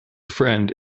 friend